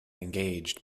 engaged